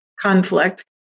conflict